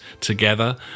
together